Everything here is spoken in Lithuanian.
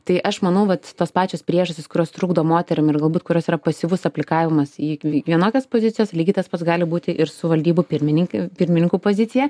tai aš manau vat tos pačios priežastys kurios trukdo moterim ir galbūt kurios yra pasyvus aplikavimas į vienokias pozicijas lygiai tas pats gali būti ir su valdybų pirmininkai pirmininkų pozicija